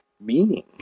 meaning